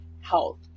health